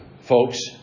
folks